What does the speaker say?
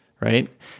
right